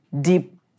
deep